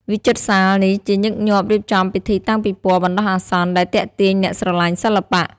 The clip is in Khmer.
វិចិត្រសាលនេះជាញឹកញាប់រៀបចំពិធីតាំងពិពណ៌បណ្តោះអាសន្ន ដែលទាក់ទាញអ្នកស្រឡាញ់សិល្បៈ។